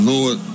Lord